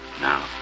now